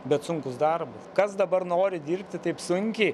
bet sunkus darbas kas dabar nori dirbti taip sunkiai